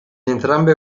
entrambe